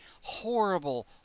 Horrible